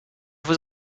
was